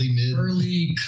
early